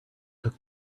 took